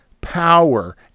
power